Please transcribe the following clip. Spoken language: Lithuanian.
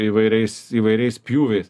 įvairiais įvairiais pjūviais